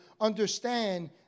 understand